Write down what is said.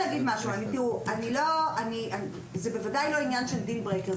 --- זה בוודאי לא עניין של Deal Breaker.